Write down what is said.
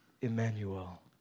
Emmanuel